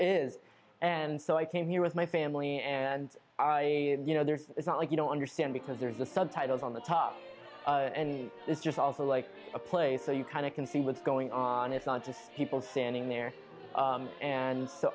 is and so i came here with my family and i you know there is not like you know understand because there's the subtitles on the top and it's just also like a play so you kind of can see what's going on it's not just people standing there and so